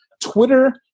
Twitter